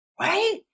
right